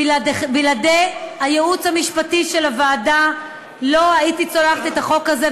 בלעדי הייעוץ המשפטי של הוועדה לא הייתי צולחת את החוק הזה,